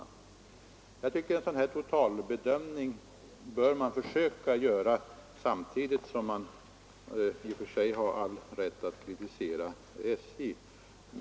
En sådan här totalbedömning bör man försöka göra, även om man i och för sig har all rätt att kritisera SJ.